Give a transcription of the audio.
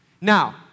Now